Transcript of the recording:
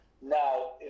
now